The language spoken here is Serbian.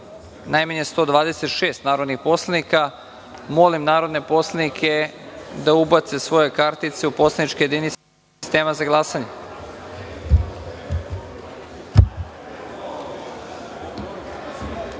najmanje 126 narodnih poslanika, molim narodne poslanike da ubace svoje kartice u poslaničke jedinice sistema za glasanje. Određujem